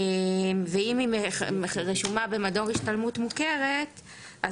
אם היא רשומה במדור השתלמות מוכרת,